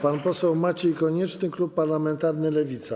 Pan poseł Maciej Konieczny, klub parlamentarny Lewica.